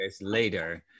later